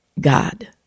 God